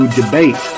debate